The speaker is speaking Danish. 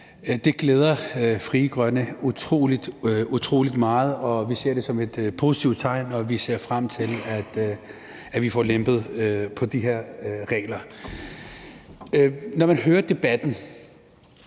Det glæder Frie Grønne utrolig meget. Vi ser det som et positivt tegn, og vi ser frem til, at vi får lempet de her regler. Når jeg lytter til debatten,